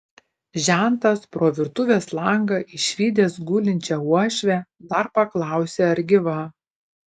žentas pro virtuvės langą išvydęs gulinčią uošvę dar paklausė ar gyva